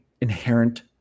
inherent